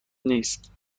نیست